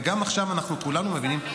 וגם עכשיו אנחנו כולנו מבינים,